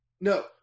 No